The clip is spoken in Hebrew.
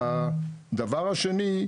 הדבר השני,